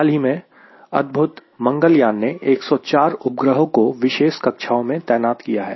हाल ही में अद्भुत मंगलयान ने 104 उपग्रहों को विशेष कक्षाओं में तैनात किया है